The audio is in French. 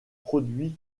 produits